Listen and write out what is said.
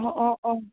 অ' অ'